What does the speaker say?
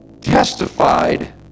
testified